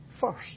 first